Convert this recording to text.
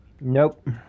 Nope